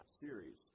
series